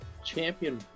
champion